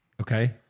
Okay